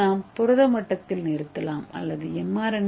இதை நாம் புரத மட்டத்தில் நிறுத்தலாம் அல்லது எம்